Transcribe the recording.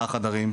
לארבעה חדשים,